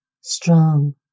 strong